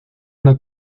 una